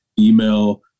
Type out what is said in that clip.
email